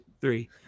three